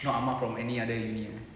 not amar from any other uni